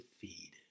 feed